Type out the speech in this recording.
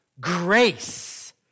grace